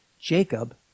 Jacob